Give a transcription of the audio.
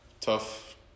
Tough